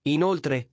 Inoltre